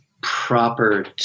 proper